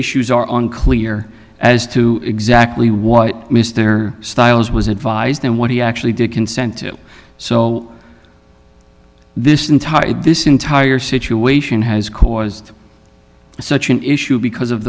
issues are on clear as to exactly what mr stiles was advised and what he actually did consent to it so this entire this entire situation has caused such an issue because of